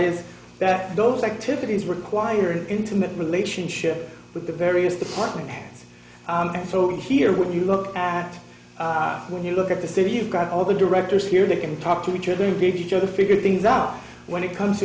is that those activities require an intimate relationship with the various departments and so here when you look at when you look at the city you've got all the directors here they can talk to each other to give each other figure things out when it comes to